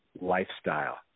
lifestyle